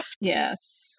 Yes